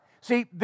See